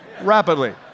rapidly